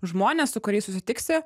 žmonės su kuriais susitiksi